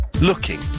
looking